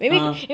ah